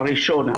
הראשון,